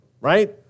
right